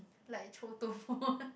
like 臭豆腐